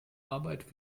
arbeit